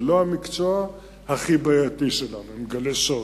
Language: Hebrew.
זה לא המקצוע הכי בעייתי שלנו, אני מגלה סוד.